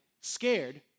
scared